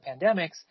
pandemics